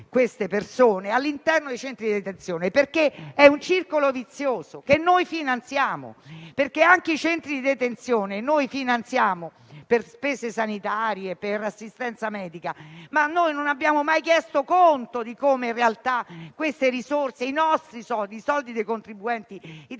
queste persone all'interno dei centri di detenzione. È un circolo vizioso, che noi finanziamo, perché noi finanziamo i centri di detenzione, per le spese sanitarie e per l'assistenza medica. Ma noi non abbiamo mai chiesto conto di come in realtà queste risorse, i nostri soldi, i soldi dei contribuenti italiani